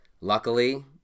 luckily